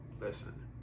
listen